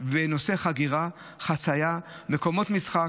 בנושאי חגירה, חצייה ומקומות משחק,